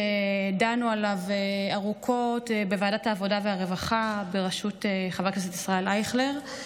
שדנו עליו ארוכות בוועדת העבודה והרווחה בראשות חבר הכנסת ישראל אייכלר,